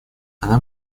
она